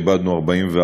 איבדנו 44